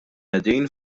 qegħdin